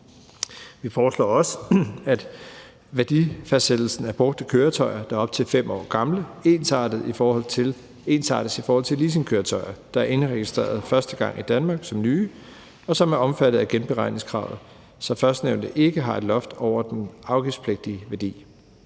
Vi foreslår også, at værdifastsættelsen af brugte køretøjer, der er op til 5 år gamle, ensartes i forhold til leasingkøretøjer, der er indregistreret første gang i Danmark som nye, og som er omfattet af genberegningskravet, så førstnævnte ikke har et loft over den afgiftspligtige værdi.